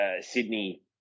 Sydney